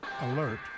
Alert